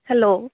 hello